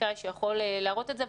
סטטיסטיקאי שיכול להראות את זה,